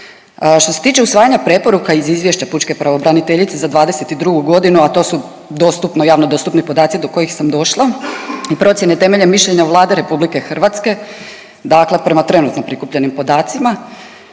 Što se tiče usvajanja preporuka iz izvješća pučke pravobraniteljice za '22. godinu, a to su dostupni javno dostupni podaci do kojih sam došla i procjene temeljem mišljenja Vlade RH, dakle prema trenutno prikupljenim podacima